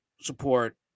support